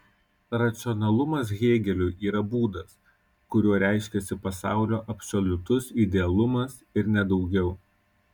racionalumas hėgeliui yra būdas kuriuo reiškiasi pasaulio absoliutus idealumas ir ne daugiau